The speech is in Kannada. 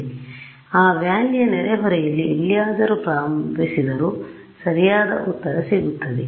ಆದ್ದರಿಂದ ಆ valley ಯ ನೆರೆಹೊರೆಯಲ್ಲಿ ಎಲ್ಲಿಯಾದರು ಪ್ರಾರಂಭಿಸಿದರೂ ಸರಿಯಾದ ಉತ್ತರಸಿಗುತ್ತದೆ